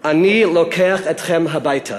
אני לוקח אתכם הביתה.